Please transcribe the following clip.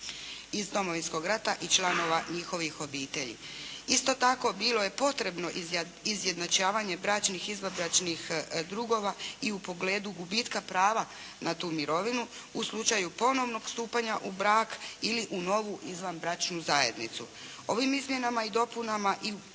iz Domovinskog rata i članova njihovih obitelji. Isto tako bilo je potrebno izjednačavanje bračnih i izvanbračnih drugova i u pogledu gubitka prava na tu mirovinu u slučaju ponovnog stupanja u brak ili u novu izvanbračnu zajednicu. Ovim izmjenama i dopunama i u